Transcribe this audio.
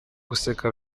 guseka